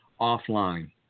offline